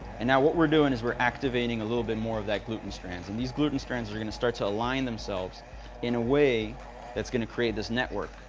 and now what we're doing is we're activating a little bit more of that gluten strands, and these gluten strands are going to start to align themselves in a way that's going to create this network,